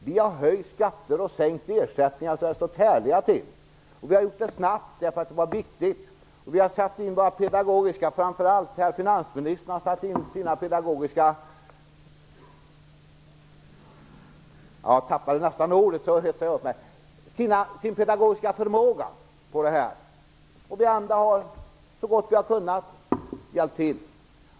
Vi har höjt skatter och sänkt ersättningar så att det står härliga till. Vi har gjort det snabbt, därför att det var viktigt. Vi har satt in vår pedagogiska förmåga, framför allt herr finansministern. Vi andra har hjälpt till så gott vi har kunnat.